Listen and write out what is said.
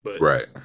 Right